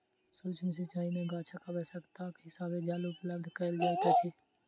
सुक्ष्म सिचाई में गाछक आवश्यकताक हिसाबें जल उपलब्ध कयल जाइत अछि